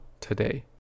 today